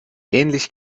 ähnlich